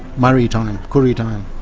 murray time, koori time,